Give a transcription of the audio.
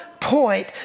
point